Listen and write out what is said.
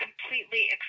completely